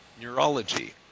neurology